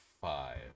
five